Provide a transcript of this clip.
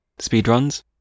speedruns